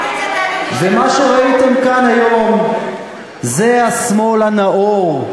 ומה שראיתם כאן היום זה השמאל הנאור.